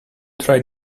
try